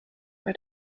bei